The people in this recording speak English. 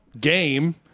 game